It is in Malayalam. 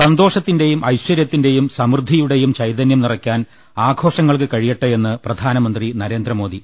സന്തോഷത്തിന്റെയും ഐശ്വര്യത്തിന്റെയും സമൃദ്ധിയുടെയും ചൈതനൃം നിറ ക്കാൻ ആഘോഷങ്ങൾക്ക് കഴിയട്ടെയെന്ന് പ്രധാനമന്ത്രി നരേന്ദ്രമോദി